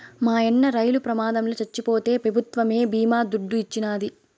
మాయన్న రైలు ప్రమాదంల చచ్చిపోతే పెభుత్వమే బీమా దుడ్డు ఇచ్చినాది